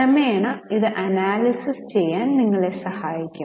ക്രമേണ ഇത് അനാലിസിസ് ചെയ്യാൻ നിങ്ങളെ സഹായിക്കും